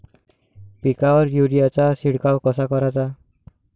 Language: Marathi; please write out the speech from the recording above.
पिकावर युरीया चा शिडकाव कसा कराचा?